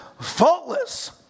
Faultless